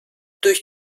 durch